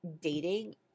dating